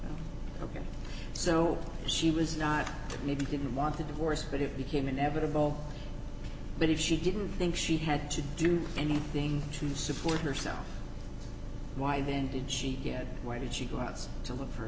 the ok so she was not maybe didn't want a divorce but it became inevitable but if she didn't think she had to do anything to support herself why then did she get why did she go out to look for a